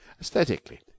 Aesthetically